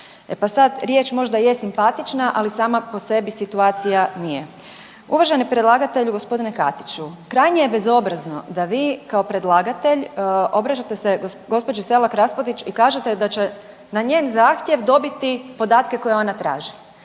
pa sad riječ možda je simpatična, ali sama po sebi situacija nije. Uvaženi predlagatelju g. Katiću, krajnje je bezobrazno da vi kao predlagatelj obraćate se gospođi Selak Raspudić i kažete da će na njen zahtjev dobiti podatke koje ona traži.